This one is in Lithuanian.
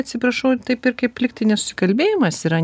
atsiprašau taip ir kaip lygtai nesusikalbėjimas yra